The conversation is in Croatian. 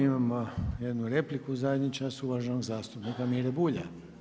Imamo jednu repliku, u zadnji čas, uvaženog zastupnika Mire Bulja.